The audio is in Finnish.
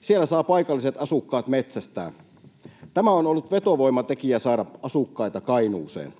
Siellä saavat paikalliset asukkaat metsästää. Tämä on ollut vetovoimatekijä saada asukkaita Kainuuseen.